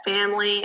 family